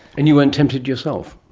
and you weren't tempted yourself?